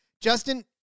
justin